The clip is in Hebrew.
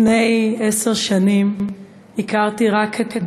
לפני עשר שנים הכרתי רק את בניה,